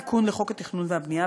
תיקון לחוק התכנון והבנייה,